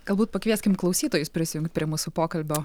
galbūt pakvieskim klausytojus prisijungt prie mūsų pokalbio